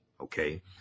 Okay